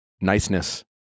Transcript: niceness